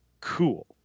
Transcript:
cool